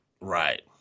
Right